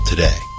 today